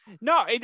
no